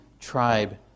tribe